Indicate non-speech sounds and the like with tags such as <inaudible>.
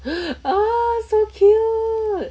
<breath> ah so cute